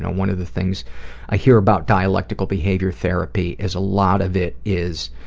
one of the things i hear about dialectical behavior therapy is a lot of it is